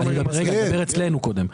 אני מדבר אצלנו קודם.